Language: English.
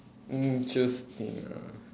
interesting ah